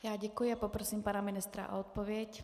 Já děkuji a poprosím pana ministra o odpověď.